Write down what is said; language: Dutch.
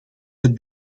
het